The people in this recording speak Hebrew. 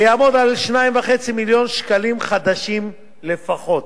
ויעמוד על 2.5 מיליון שקלים חדשים לפחות.